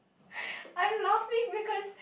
I laughing because